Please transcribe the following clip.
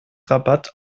rabatt